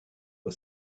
the